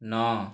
ନଅ